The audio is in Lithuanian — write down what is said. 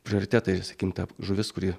prioritetai kinta žuvis kuri